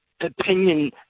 opinion